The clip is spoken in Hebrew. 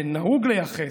כך נהוג לחשב,